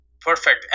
perfect